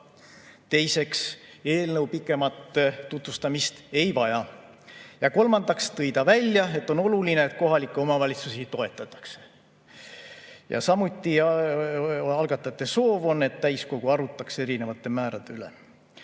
Teiseks, eelnõu pikemat tutvustamist ei vaja. Ja kolmandaks tõi ta välja, et on oluline, et kohalikke omavalitsusi toetatakse. Samuti on algatajate soov, et täiskogu arutleks erinevate määrade üle.